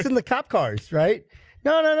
the cop cars right no no